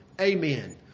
amen